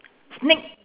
sneak